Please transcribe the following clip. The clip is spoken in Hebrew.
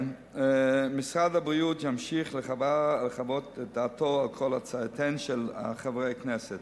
משרד הבריאות ימשיך לחוות את דעתו על כל הצעותיהם של חברי הכנסת.